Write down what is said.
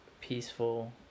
peaceful